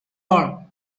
all